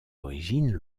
origines